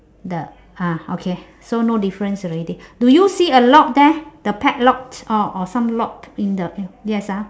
the ah okay so no difference already do you see a lock there the padlocks or or some locks in the mm yes ah